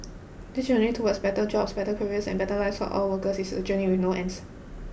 this journey towards better jobs better careers and better lives for all workers is a journey with no end